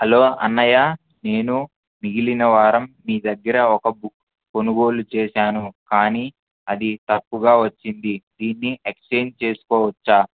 hello అన్నయ్య నేను మిగిలిన వారం మీ దగ్గర ఒక బుక్ కొనుగోలు చేశాను కానీ అది తప్పుగా వచ్చింది దీన్ని ఎక్స్చేంజ్ చేసుకోవచ్చా